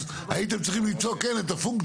אז כן הייתם צריכים למצוא את הפונקציה,